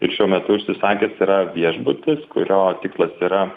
ir šiuo metu užsisakęs yra viešbutis kurio tikslas yra